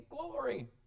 glory